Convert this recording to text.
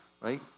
right